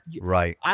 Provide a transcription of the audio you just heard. right